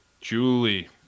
Julie